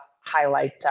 highlight